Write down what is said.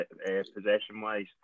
possession-wise